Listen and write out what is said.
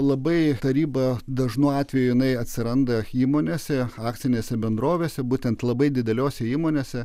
labai taryba dažnu atveju jinai atsiranda įmonėse akcinėse bendrovėse būtent labai didelėse įmonėse